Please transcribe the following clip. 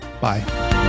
Bye